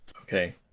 Okay